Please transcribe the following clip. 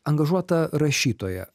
angažuota rašytoja